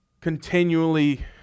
continually